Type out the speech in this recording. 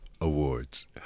Awards